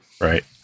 Right